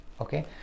okay